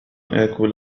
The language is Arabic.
آكل